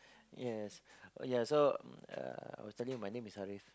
yes ya so I uh was telling you my name is Harif